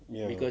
ya